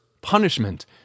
punishment